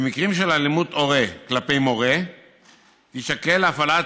במקרים של אלימות הורה כלפי מורה תישקל הפעלת